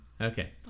Okay